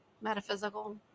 metaphysical